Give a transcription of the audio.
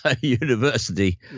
university